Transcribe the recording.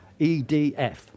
EDF